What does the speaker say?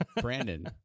Brandon